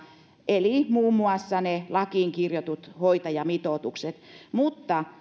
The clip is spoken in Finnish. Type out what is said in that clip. eli muun muassa ne lakiin kirjatut hoitajamitoitukset mutta